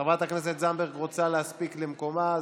חברת הכנסת זנדברג רוצה להספיק למקומה,